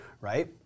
right